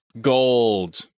gold